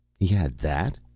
he had that?